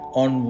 on